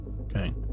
Okay